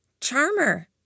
Charmer